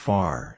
Far